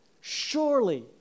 Surely